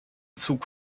zug